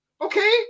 okay